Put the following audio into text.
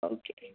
okay